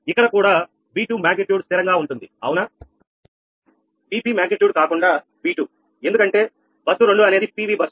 ఇక్కడ కూడా V2 magnitude స్థిరంగా ఉంటుంది అవునా Vp మాగ్నిట్యూడ్ కాకుండా V2 ఎందుకంటే బస్సు 2 అనేది PV బస్సు